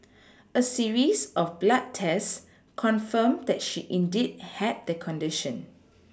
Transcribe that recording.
a series of blood tests confirmed that she indeed had the condition